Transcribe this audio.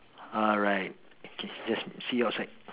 alright K that's see you outside